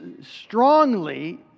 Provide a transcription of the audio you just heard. strongly